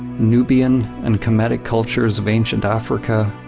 nubian and kemetic cultures of ancient africa,